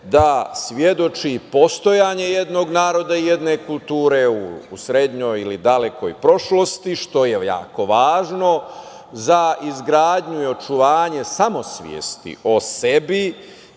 da svedoči postojanje jednog naroda, jedne kulture u srednjoj ili dalekoj prošlosti, što je jako važno za izgradnju i očuvanje samosvesti o sebi,